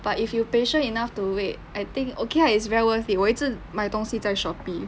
but if you patient enough to wait I think okay lah it's very worth it 我一直买东西在 shopee